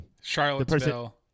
Charlottesville